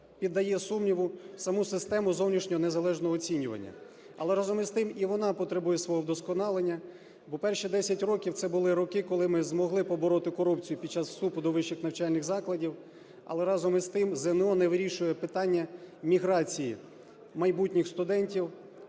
піддає сумніву саму систему зовнішнього незалежного оцінювання. Але, разом з тим, і вона потребує свого вдосконалення, бо перші десять років – це були роки, коли ми змогли побороти корупцію під час вступу до вищих навчальних закладів, але, разом із тим, ЗНО не вирішує питання міграції майбутніх студентів